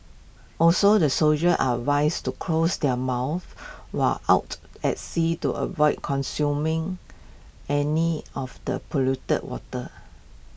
also the soldier are advised to close their mouths while out at sea to avoid consuming any of the polluted water